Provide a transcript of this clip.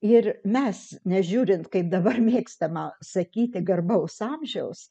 ir mes nežiūrint kaip dabar mėgstama sakyti garbaus amžiaus